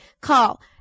Call